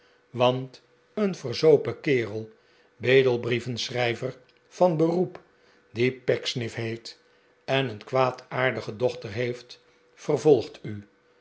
want een verzopen kerel bedelbrievenschrijver van beroep die pecksniff heet en een kwaadaardige dochter heeft vervolgt u